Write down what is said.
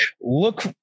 Look